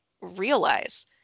realize